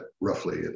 roughly